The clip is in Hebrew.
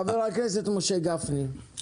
חבר הכנסת משה גפני, בבקשה.